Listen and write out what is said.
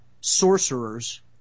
sorcerers